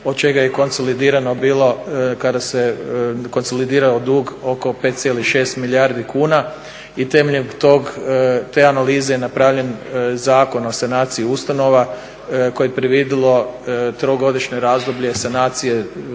od čega je konsolidirano bilo kada se konsolidirao dug oko 5,6 milijardi kuna. I temeljem tog, te analize je napravljen Zakon o sanaciji ustanova koje je predvidjelo trogodišnje razdoblje sanacije